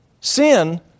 Sin